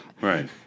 Right